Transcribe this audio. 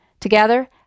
Together